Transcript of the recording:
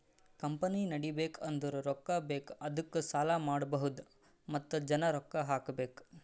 company ನಡಿಬೇಕ್ ಅಂದುರ್ ರೊಕ್ಕಾ ಬೇಕ್ ಅದ್ದುಕ ಸಾಲ ಮಾಡ್ಬಹುದ್ ಮತ್ತ ಜನ ರೊಕ್ಕಾ ಹಾಕಬೇಕ್